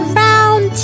round